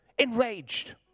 Enraged